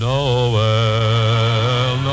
Noel